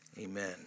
amen